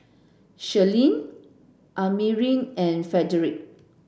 Shirlene Amari and Frederic